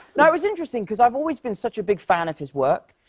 no, it was interesting, cause i have always been such a big fan of his work.